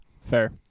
Fair